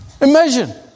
Imagine